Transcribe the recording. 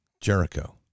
Jericho